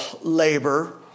labor